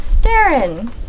Darren